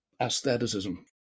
aestheticism